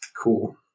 Cool